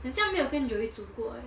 很像没有跟 joey 煮过 eh